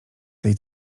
tej